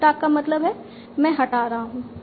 left arc का मतलब है मैं हटा रहा हूं